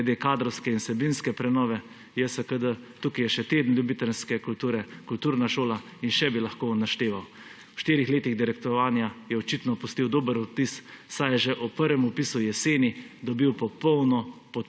glede kadrovske in vsebinske prenove JSKD. Tukaj je še teden ljubiteljske kulture, kulturna šola in še bi lahko našteval. V štirih letih direktorjevanja je očitno pustil dober vtis, saj je že ob prvem vpisu jeseni dobil popolno